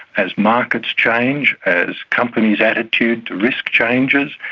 as markets change, as companies' attitudes to risk changes,